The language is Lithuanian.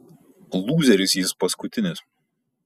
lūzeris jis paskutinis